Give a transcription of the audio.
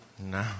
No